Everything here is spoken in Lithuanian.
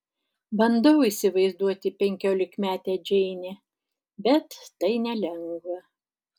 bandau įsivaizduoti penkiolikmetę džeinę bet tai nelengva